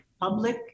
public